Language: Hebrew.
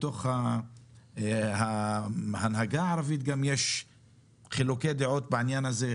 בתוך ההנהגה הערבית גם יש חילוקי דעות בעניין הזה,